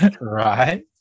Right